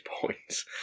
points